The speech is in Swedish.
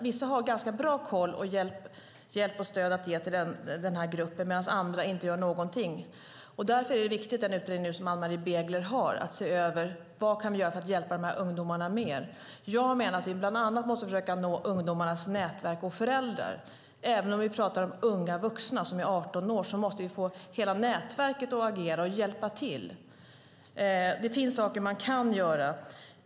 Vissa har ganska bra koll och har hjälp och stöd att ge till denna grupp, medan andra inte gör någonting. Därför är den utredning som Ann-Marie Begler nu gör viktig. Hon ska se över vad vi kan göra för att hjälpa dessa ungdomar mer. Jag menar att vi bland annat måste försöka nå ungdomarnas nätverk och föräldrar. Även om vi talar om unga vuxna som är 18 år måste vi få hela nätverket att agera och hjälpa till. Det finns saker som man kan göra.